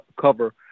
cover